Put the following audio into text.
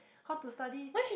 how to study